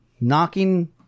knocking